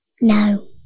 No